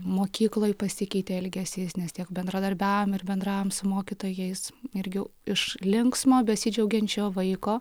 mokykloj pasikeitė elgesys nes tiek bendradarbiavom ir bendravom su mokytojais irgi iš linksmo besidžiaugiančio vaiko